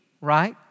right